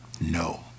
no